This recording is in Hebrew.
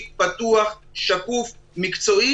נכון.